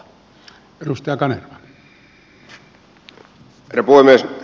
arvoisa herra puhemies